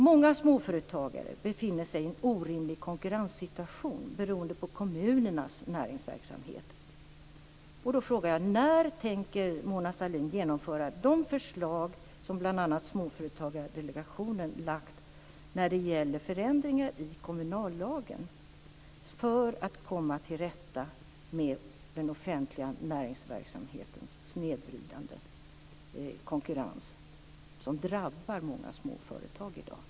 Många småföretagare befinner sig i en orimlig konkurrenssituation beroende på kommunernas näringsverksamhet. Då frågar jag: När tänker Mona Sahlin genomföra de förslag som bl.a. Småföretagsdelegationen har lagt när det gäller förändringar i kommunallagen för att komma till rätta med den offentliga näringsverksamhetens snedvridande konkurrens, som drabbar många småföretag i dag?